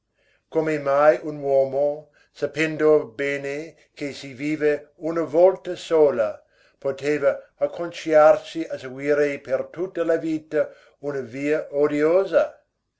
come mai un uomo sapendo bene che si vive una volta sola poteva acconciarsi a seguire per tutta la vita una via odiosa